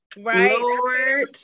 Right